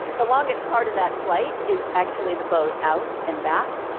the longest part of that flight is actually the boat out and back.